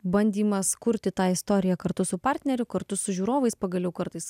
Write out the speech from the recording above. bandymas kurti tą istoriją kartu su partneriu kartu su žiūrovais pagaliau kartais